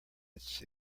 its